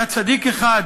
היה צדיק אחד